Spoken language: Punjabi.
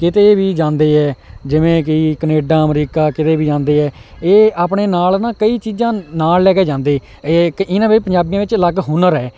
ਕਿਤੇ ਵੀ ਜਾਂਦੇ ਹੈ ਜਿਵੇਂ ਕਿ ਕਨੇਡਾ ਅਮਰੀਕਾ ਕਿਤੇ ਵੀ ਜਾਂਦੇ ਹੈ ਇਹ ਆਪਣੇ ਨਾਲ ਨਾ ਕਈ ਚੀਜ਼ਾਂ ਨਾਲ ਲੈ ਕੇ ਜਾਂਦੇ ਇੱਕ ਪੰਜਾਬੀਆਂ ਵਿੱਚ ਅਲੱਗ ਹੁਨਰ ਹੈ